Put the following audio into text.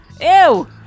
Ew